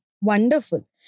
Wonderful